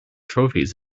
trophies